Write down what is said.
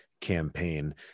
campaign